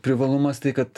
privalumas tai kad